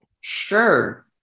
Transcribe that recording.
Sure